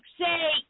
say